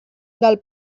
del